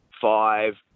five